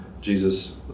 Jesus